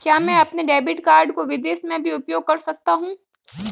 क्या मैं अपने डेबिट कार्ड को विदेश में भी उपयोग कर सकता हूं?